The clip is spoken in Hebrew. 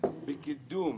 הייתה בחינה